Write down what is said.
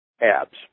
abs